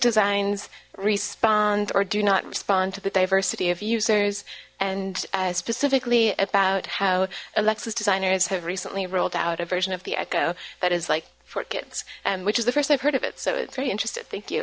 designs respond or do not respond to the diversity of users and specifically about how alexis designers have recently rolled out a version of the echo that is like for kids and which is the first i've heard of it so it's very interested thank you